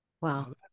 Wow